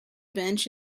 bench